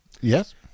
Yes